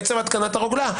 עצם התקנת הרוגלה.